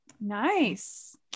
Nice